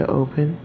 open